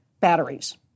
batteries